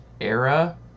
era